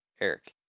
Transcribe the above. Eric